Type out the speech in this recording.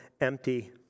empty